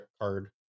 card